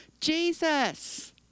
jesus